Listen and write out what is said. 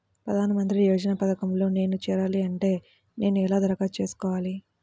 ప్రధాన మంత్రి యోజన పథకంలో నేను చేరాలి అంటే నేను ఎలా దరఖాస్తు చేసుకోవాలి?